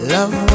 Love